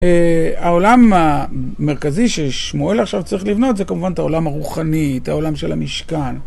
העולם המרכזי ששמואל עכשיו צריך לבנות זה כמובן את העולם הרוחני, את העולם של המשכן.